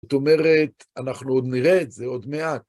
זאת אומרת, אנחנו עוד נראה את זה עוד מעט.